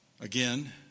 Again